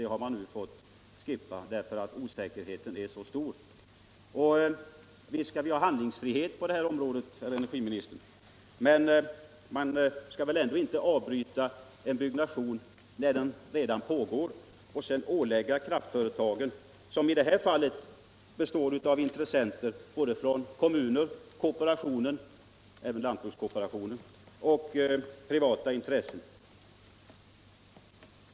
De planerna har de nu fått slå ur hågen därför att osäkerheten är så stor. Visst skall vi ha handlingsfrihet på det här området, herr energiminister, men man skall väl ändå inte avbryta en byggnation som redan pågår och ålägga kraftföretagen en bevisbörda. Intressenterna är i det här fallet kommuner, kooperationen — även lantbrukskooperationen — och privata intressen.